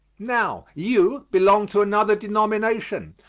now, you belong to another denomination.